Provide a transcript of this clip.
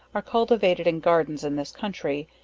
are cultivated in gardens in this country,